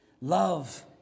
Love